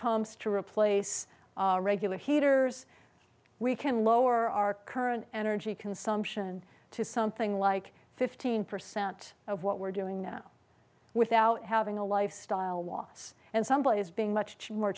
pumps to replace regular heaters we can lower our current energy consumption to something like fifteen percent of what we're doing now without having a lifestyle loss and somebody is being much more